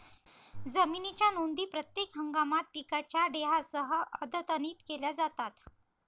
जमिनीच्या नोंदी प्रत्येक हंगामात पिकांच्या डेटासह अद्यतनित केल्या जातात